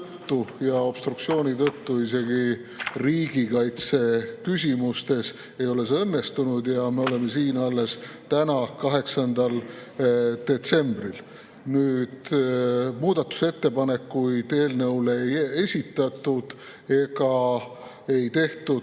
ja obstruktsiooni tõttu isegi riigikaitseküsimustes – ei ole see õnnestunud ja me oleme siin alles täna, 8. detsembril. Muudatusettepanekuid eelnõu kohta ei esitatud ega tehtud